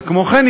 וכמו כן,